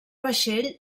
vaixell